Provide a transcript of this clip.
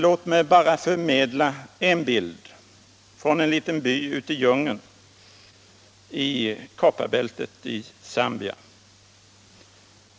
Låt mig bara förmedla en bild från en liten by ute i djungeln i kopparbältet i Zambia.